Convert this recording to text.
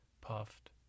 Puffed